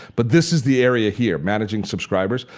but this is the area here, managing subscribers,